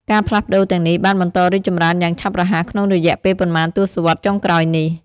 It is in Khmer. ការផ្លាស់ប្តូរទាំងនេះបានបន្តរីកចម្រើនយ៉ាងឆាប់រហ័សក្នុងរយៈពេលប៉ុន្មានទសវត្សរ៍ចុងក្រោយនេះ។